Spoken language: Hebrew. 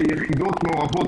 שיחידות מעורבות,